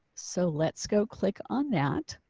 so let's go click on that.